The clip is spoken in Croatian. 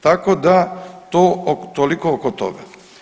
Tako da to, toliko oko toga.